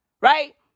Right